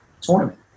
tournament